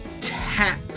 tap